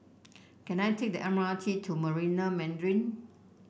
can I take the M R T to Marina Mandarin